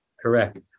Correct